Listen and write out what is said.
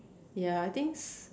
ya I think